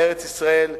מארץ-ישראל,